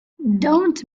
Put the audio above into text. don’t